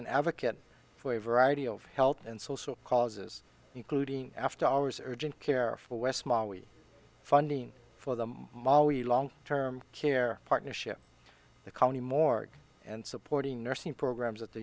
an advocate for a variety of health and social causes including after hours urgent care for west funding for the molly long term care partnership the county morgue and supporting nursing programs at the